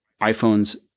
iPhones